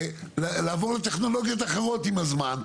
לעבור לטכנולוגיות אחרות עם הזמן,